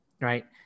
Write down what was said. right